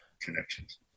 connections